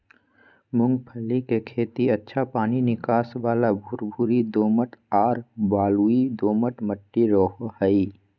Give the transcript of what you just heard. मूंगफली के खेती अच्छा पानी निकास वाला भुरभुरी दोमट आर बलुई दोमट मट्टी रहो हइ